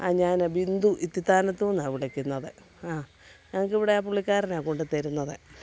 ആ ഞാനെ ബിന്ദു ഇത്തിത്താനത്തൂ നിന്നാണ് വിളിക്കുന്നത് അ ഞങ്ങൾക്കിവിടെ പുള്ളിക്കാരനാണ് കൊണ്ടു തരുന്നത്